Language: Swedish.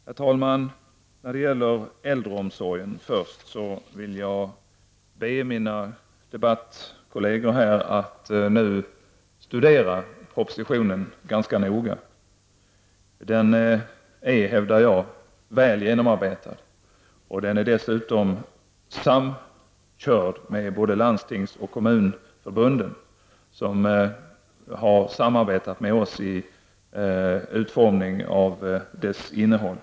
Herr talman! Jag vill när det gäller äldreomsorgen be mina debattkolleger att studera propositionen ganska noga. Den är, hävdar jag, väl genomarbetad, och den är dessutom samkörd med både landstings och kommunförbunden, som mycket långt har samarbetat med oss i utformningen av dess innehåll.